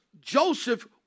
Joseph